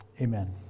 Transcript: amen